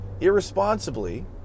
irresponsibly